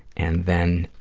and then,